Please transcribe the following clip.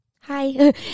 hi